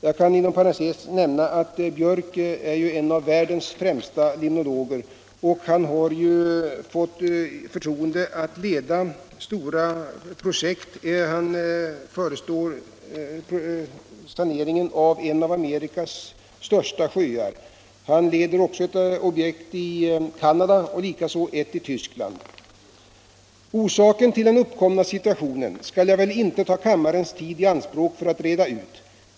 Jag kan inom parentes nämna att professor Björk är en av världens främsta limnologer, och han har fått förtroendet att leda stora projekt. Han förestår saneringen av en av Amerikas största sjöar och han leder även projekt i Canada och ett i Tyskland. Orsaken till den uppkomna situationen skall jag väl inte ta kammarens tid i anspråk för att reda ut.